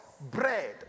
Bread